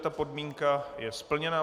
Tato podmínka je splněna.